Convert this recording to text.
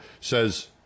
says